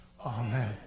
amen